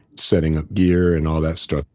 setting up gear and all that stuff.